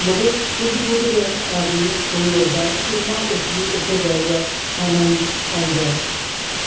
मतलब सुध बुध गै आदमी खोई ओड़दा ऐ इन्ना उसगी उत्थें जाइयै आनंद औंदा ऐ